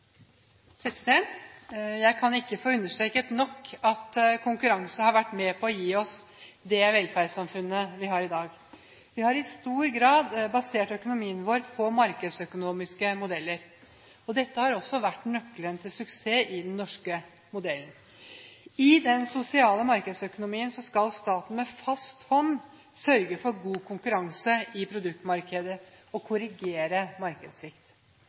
2. Jeg kan ikke få understreket nok at konkurranse har vært med på å gi oss det velferdssamfunnet vi har i dag. Vi har i stor grad basert økonomien vår på markedsøkonomiske modeller. Dette har også vært nøkkelen til suksess i den norske modellen. I den sosiale markedsøkonomien skal staten med fast hånd sørge for god konkurranse i produktmarkeder og korrigere markedssvikt.